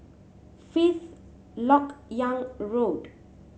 Fifth Lok Yang Road